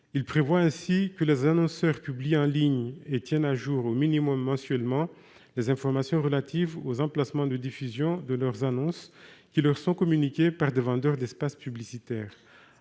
Il prévoit ainsi que les annonceurs publient en ligne et tiennent à jour, au minimum mensuellement, les informations relatives aux emplacements de diffusion de leurs annonces qui leur sont communiquées par des vendeurs d'espace publicitaire.